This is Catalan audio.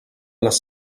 les